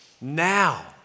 now